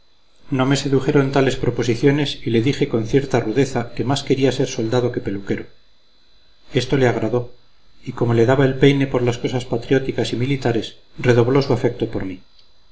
no me sedujeron tales proposiciones y le dije con cierta rudeza que más quería ser soldado que peluquero esto le agradó y como le daba el peine por las cosas patrióticas y militares redobló su afecto hacia mí